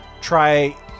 try